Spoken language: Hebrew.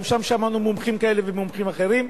גם שם שמענו מומחים כאלה ומומחים אחרים,